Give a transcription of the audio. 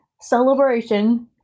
celebration